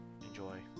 enjoy